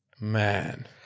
Man